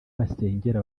basengera